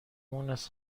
مونس